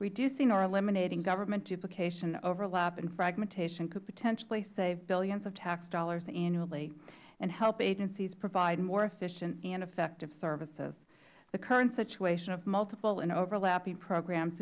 reducing or eliminating government duplication overlap and fragmentation could potentially save billions of tax dollars annually and help agencies provide more efficient and effective services the current situation of multiple and overlapping programs